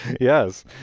Yes